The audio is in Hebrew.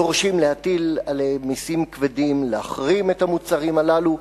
דורשים להטיל עליהם מסים כבדים ולהחרים את המוצרים הללו.